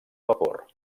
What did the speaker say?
vapor